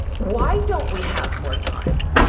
why don't we have more time?